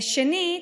שנית,